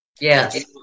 Yes